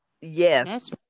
Yes